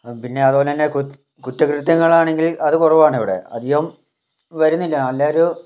പിന്നെ അതുപോലെത്തന്നെ കുറ്റകൃത്യങ്ങൾ ആണെങ്കിൽ അതു കുറവാണിവിടെ അധികം വരുന്നില്ല നല്ലൊരു